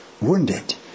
wounded